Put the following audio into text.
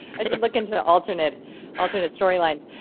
i should look into alternate alternate storylines.